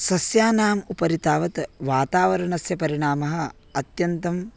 सस्यानाम् उपरि तावत् वातावरणस्य परिणामः अत्यन्तम्